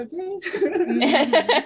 okay